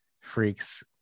freaks